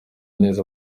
neza